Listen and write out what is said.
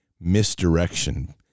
misdirection